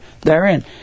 therein